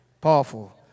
Powerful